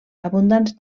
abundants